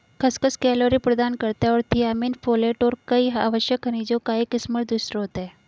खसखस कैलोरी प्रदान करता है और थियामिन, फोलेट और कई आवश्यक खनिजों का एक समृद्ध स्रोत है